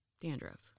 dandruff